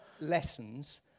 lessons